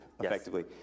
effectively